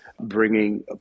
bringing